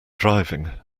driving